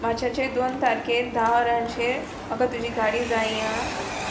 मार्चाचे दोन तारखेर धा वरांचेर म्हाका तुजी गाडी जायी आं